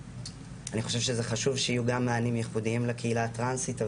אני חושב שזה חשוב שיהיו גם מענים ייחודיים לקהילה הטרנסית,